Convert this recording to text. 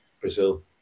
Brazil